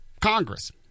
Congress